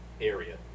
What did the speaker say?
area